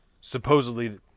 supposedly